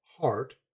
heart